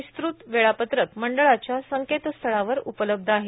विस्तृत वेळापत्रक मंडळाच्या संकेतस्थळावर उपलब्ध आहे